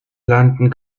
landen